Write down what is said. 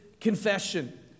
Confession